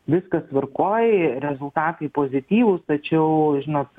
viskas tvarkoj rezultatai pozityvūs tačiau žinot